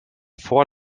vor